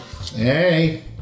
Hey